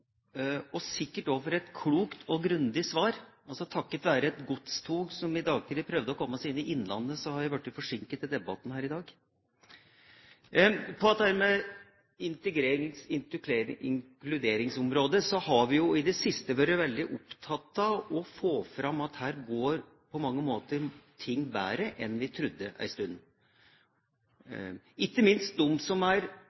og viktig interpellasjon og sikkert også for et klokt og grundig svar. Takket være et godstog som i dag tidlig prøvde å komme seg inn i Innlandet, er jeg blitt forsinket til debatten her i dag. På integrerings- og inkluderingsområdet har vi i det siste vært veldig opptatt av å få fram at her går ting bedre enn vi trodde en stund.